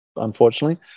unfortunately